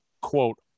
quote